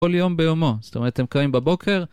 כל יום ביומו. זאת אומרת, הם קמים בבוקר...